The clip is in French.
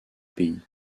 pays